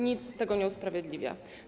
Nic tego nie usprawiedliwia.